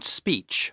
speech